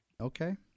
Okay